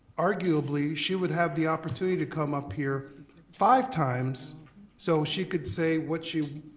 arguably she would have the opportunity to come up here five times so she could say what she,